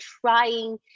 trying